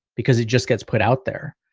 because it just gets put out there.